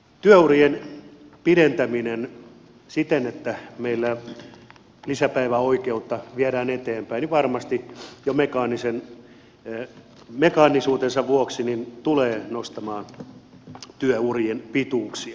työurien pidentäminen siten että meillä lisäpäiväoikeutta viedään eteenpäin varmasti jo mekaanisuutensa vuoksi tulee nostamaan työurien pituuksia